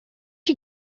you